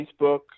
Facebook